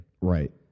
Right